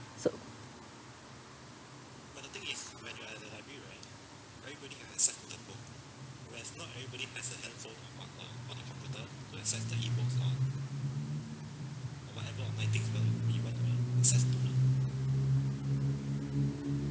so